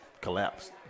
collapsed